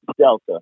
Delta